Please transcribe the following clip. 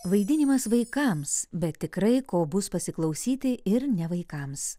vaidinimas vaikams bet tikrai ko bus pasiklausyti ir ne vaikams